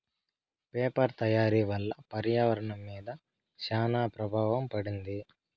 paper తయారీ వల్ల పర్యావరణం మీద శ్యాన ప్రభావం పడింది